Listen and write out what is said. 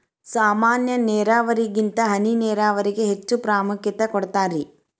ಸಾಮಾನ್ಯ ನೇರಾವರಿಗಿಂತ ಹನಿ ನೇರಾವರಿಗೆ ಹೆಚ್ಚ ಪ್ರಾಮುಖ್ಯತೆ ಕೊಡ್ತಾರಿ